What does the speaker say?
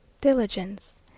Diligence